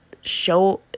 show